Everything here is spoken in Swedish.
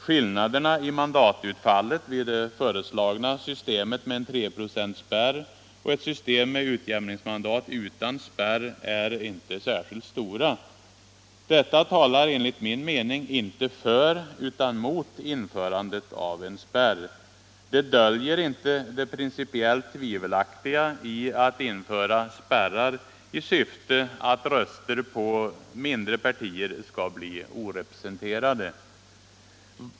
Skillnaderna i mandatutfall vid det föreslagna systemet med en 3-procentsspärr och ett system med utjämningsmandat utan spärr är inte särskilt stora. Detta talar enligt min mening inte för utan mot införandet av en spärr. Det döljer inte det principiellt tvivelaktiga i att införa spärrar i syfte att röster på mindre partier skall bli orepresenterade.